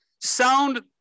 sound